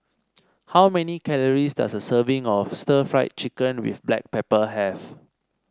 how many calories does a serving of Stir Fried Chicken with Black Pepper have